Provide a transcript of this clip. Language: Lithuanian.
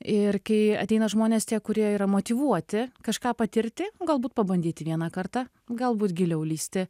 ir kai ateina žmonės tie kurie yra motyvuoti kažką patirti galbūt pabandyti vieną kartą galbūt giliau lįsti